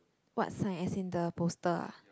what sign as in the poster ah